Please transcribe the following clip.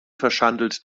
verschandelt